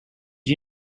you